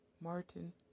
Martin